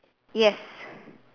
yes